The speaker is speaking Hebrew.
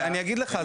אני אגיד לך.